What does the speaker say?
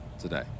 today